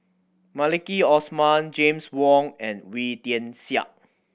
Maliki Osman James Wong and Wee Tian Siak